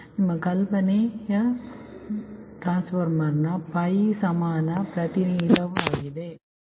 ಆದ್ದರಿಂದ ಇದು ಕಲ್ಪನೆ ಮತ್ತು ಇದು ಟ್ರಾನ್ಸ್ಫಾರ್ಮರ್ನ ಸಮಾನ ಪ್ರಾತಿನಿಧ್ಯವಾಗಿದೆ ಸರಿ